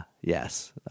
Yes